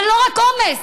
אבל לא רק עומס,